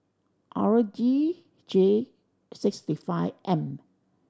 R D J six the five M